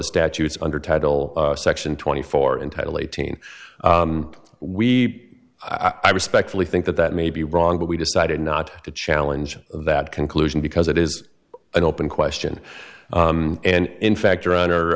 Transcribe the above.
the statutes under title section twenty four in title eighteen we i respectfully think that that may be wrong but we decided not to challenge that conclusion because it is an open question and in fact